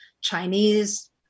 Chinese